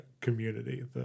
Community